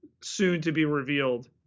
soon-to-be-revealed